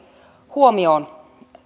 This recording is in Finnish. huomioon